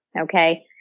Okay